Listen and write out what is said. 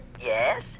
Yes